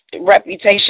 reputation